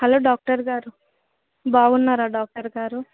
hello doctor గారు బాగున్నారా doctor గారు